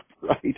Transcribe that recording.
Right